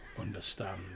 understand